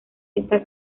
está